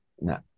no